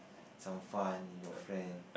some fun with your friend